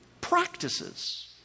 practices